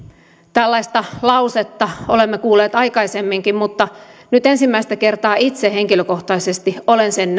tällaista lausetta olemme kuulleet aikaisemminkin mutta nyt ensimmäistä kertaa itse henkilökohtaisesti olen sen